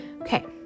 Okay